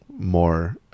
more